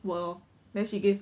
work lor then she gave